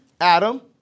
Adam